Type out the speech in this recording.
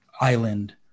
Island